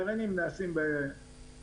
גרעינים נעשים בדגון.